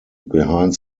behind